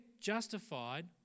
justified